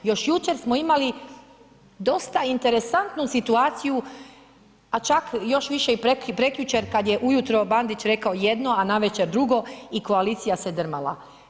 Još jučer smo imali dosta interesantnu situaciju, a čak još više i prekjučer kad je ujutro Bandić rekao jedno, a navečer drugo i koalicija se drmala.